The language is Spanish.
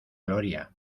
gloria